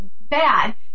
bad